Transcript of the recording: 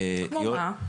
כמו מה?